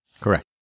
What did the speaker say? Correct